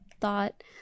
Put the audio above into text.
thought